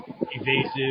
evasive